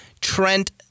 Trent